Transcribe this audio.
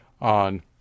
on